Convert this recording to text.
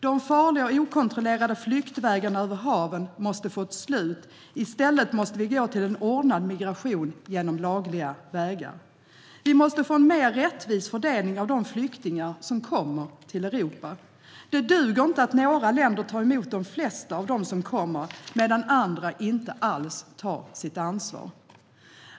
De farliga och okontrollerade flyktvägarna över haven måste upphöra. I stället måste vi gå till en ordnad migration på lagliga vägar. Vi måste få en mer rättvis fördelning av de flyktingar som kommer till Europa. Det duger inte att några länder tar emot de flesta av dem som kommer medan andra inte alls tar sitt ansvar.